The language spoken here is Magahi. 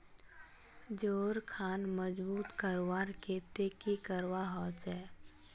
जोड़ खान मजबूत करवार केते की करवा होचए?